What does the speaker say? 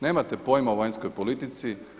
Nemate pojma o vanjskoj politici!